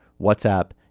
WhatsApp